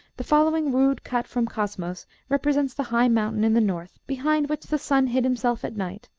the following rude cut, from cosmos, represents the high mountain in the north behind which the sun hid himself at night,